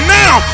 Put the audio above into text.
now